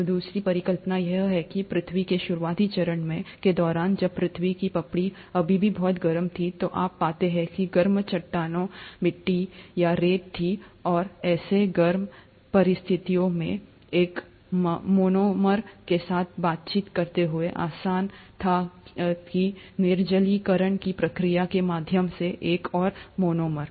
तो दूसरी परिकल्पना यह है कि पृथ्वी के शुरुआती चरण के दौरान जब पृथ्वी की पपड़ी अभी भी बहुत गर्म थी तो आप पाते हैं कि गर्म चट्टानें मिट्टी या रेत थीं और ऐसी गर्म परिस्थितियों में एक मोनोमर के साथ बातचीत करना बहुत आसान था निर्जलीकरण की प्रक्रिया के माध्यम से एक और मोनोमर